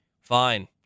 Fine